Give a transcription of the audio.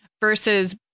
versus